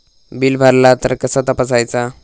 Bill भरला तर कसा तपसायचा?